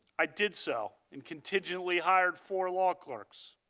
i did so and contingently hired four law clerks.